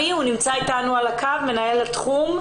אנחנו נמצאים על הרצף.